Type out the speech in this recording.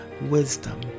wisdom